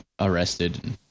arrested